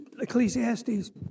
Ecclesiastes